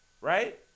right